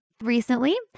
recently